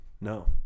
No